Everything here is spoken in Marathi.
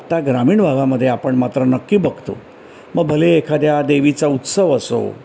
आत्ता ग्रामीण भागामधे आपण मात्र नक्की बघतो म भले एखाद्या देवीचा उत्सव असो